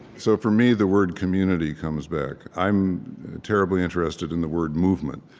so, for me, the word community comes back. i'm terribly interested in the word movement,